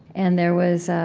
and there was